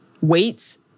weights